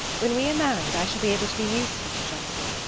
when we are married i shall be able to be useful to jonathan,